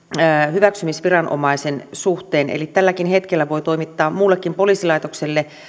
hyväksymisviranomaisen suhteen eli tälläkin hetkellä voi toimittaa muullekin poliisilaitokselle